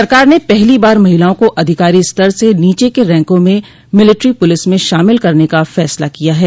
सरकार ने पहलो बार महिलाओं को अधिकारी स्तर से नीचे के रैंकों में मिलिट्री पुलिस में शामिल करने का फैसला किया है